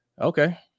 Okay